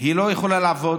היא לא יכולה לעבוד,